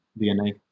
DNA